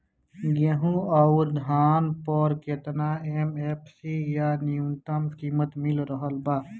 गेहूं अउर धान पर केतना एम.एफ.सी या न्यूनतम कीमत मिल रहल बा?